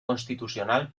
constitucional